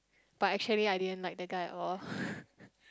but actually I didn't like the guy at all